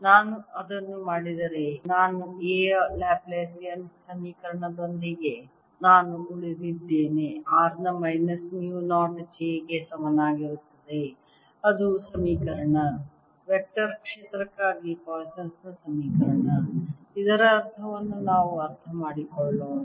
ನಾನು ಅದನ್ನು ಮಾಡಿದರೆ ನಾನು A ಯ ಲ್ಯಾಪ್ಲಾಸಿಯನ್ Laplacian ಸಮೀಕರಣದೊಂದಿಗೆ ನಾನು ಉಳಿದಿದ್ದೇನೆ r ನ ಮೈನಸ್ ಮ್ಯೂ 0 j ಗೆ ಸಮಾನವಾಗಿರುತ್ತದೆ ಅದು ಸಮೀಕರಣ ವೆಕ್ಟರ್ ಕ್ಷೇತ್ರಕ್ಕಾಗಿ ಪಾಯ್ಸನ್ ನ ಸಮೀಕರಣ ಇದರ ಅರ್ಥವನ್ನು ನಾವು ಅರ್ಥಮಾಡಿಕೊಳ್ಳೋಣ